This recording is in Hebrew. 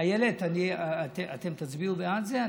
איילת, אתם תצביעו בעד זה?